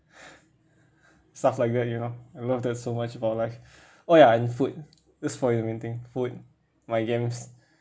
stuff like that you know I love that so much about life oh ya and food that's probably the main thing food my games